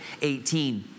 18